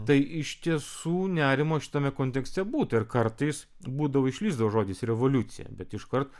tai iš tiesų nerimo šitame kontekste būta ir kartais būdavo išlįsdavo žodis revoliucija bet iškart